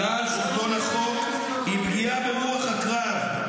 שמירה על שלטון החוק היא פגיעה ברוח הקרב,